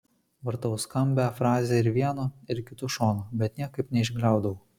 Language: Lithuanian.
vartau skambią frazę ir vienu ir kitu šonu bet niekaip neišgliaudau